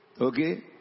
okay